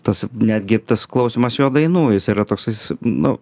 tas netgi tas klausymas jo dainų jis yra toksais nu